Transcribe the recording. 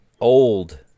old